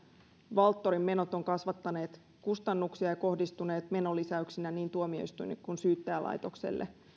valtorin menot ovat kasvattaneet kustannuksia ja kohdistuneet menolisäyksenä niin tuomioistuinlaitokselle kuin syyttäjälaitokselle